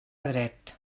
dret